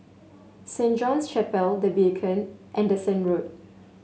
Saint John's Chapel The Beacon and Anderson Road